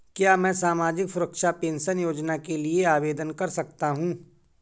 क्या मैं सामाजिक सुरक्षा पेंशन योजना के लिए आवेदन कर सकता हूँ?